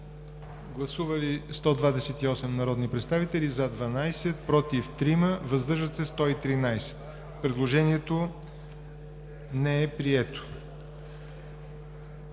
Гласували 127 народни представители: за 123, против няма, въздържали се 4. Предложението е прието.